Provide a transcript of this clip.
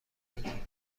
میگی